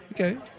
okay